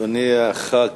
אדוני חבר